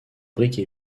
brique